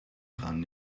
dran